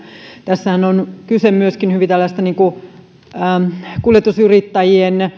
tässähän on kyse myöskin tällaisesta kuljetusyrittäjien